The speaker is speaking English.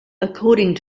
according